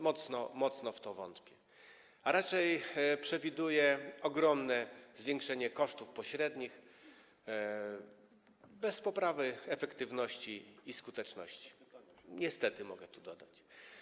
Mocno w to wątpię, a raczej przewiduję ogromne zwiększenie kosztów pośrednich, bez poprawy efektywności i skuteczności, niestety, mogę tu dodać.